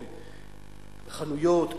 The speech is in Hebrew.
בחנויות,